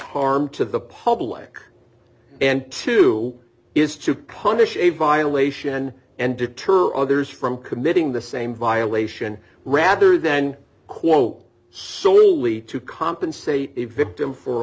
harm to the public and two is to punish a violation and deter others from committing the same violation rather than quo so we to compensate the victim for a